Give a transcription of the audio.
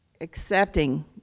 accepting